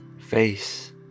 face